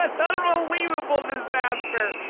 ah but unbelievable disaster.